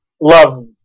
love